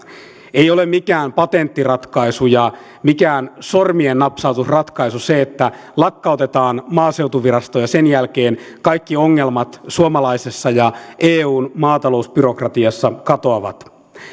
ei ole mikään patenttiratkaisu mikään sormiennapsautusratkaisu se että lakkautetaan maaseutuvirasto ja sen jälkeen kaikki ongelmat suomalaisessa ja eun maatalousbyrokratiassa katoavat